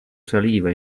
saliva